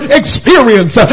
experience